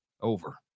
over